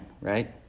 right